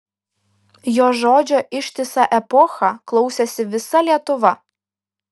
jo žodžio ištisą epochą klausėsi visa lietuva